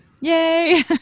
Yay